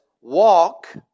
walk